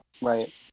right